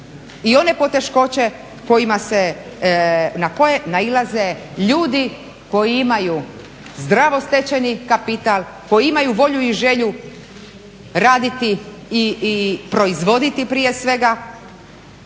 i one poteškoće kojima se na koje nailaze ljudi koji imaju zdravo stečeni kapital, koji imaju volju i želju raditi i proizvoditi prije svega